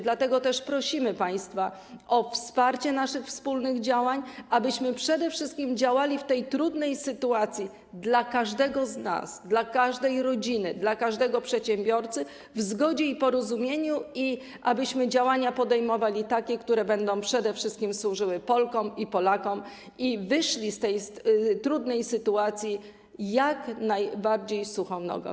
Dlatego też prosimy państwa o wsparcie naszych wspólnych działań, abyśmy przede wszystkim działali w tej trudnej sytuacji - dla każdego z nas, dla każdej rodziny, dla każdego przedsiębiorcy - w zgodzie i porozumieniu i abyśmy podejmowali takie działania, które przede wszystkim będą służyły Polkom i Polakom, i wyszli z tej trudnej sytuacji w jak największym stopniu suchą nogą.